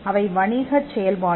அவை வணிக செயல்பாடு